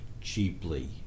cheaply